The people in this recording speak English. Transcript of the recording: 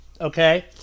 okay